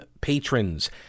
patrons